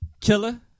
Killer